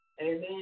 Amen